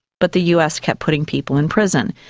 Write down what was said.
but the us kept putting people in prison.